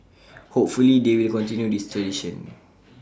hopefully they will continue this tradition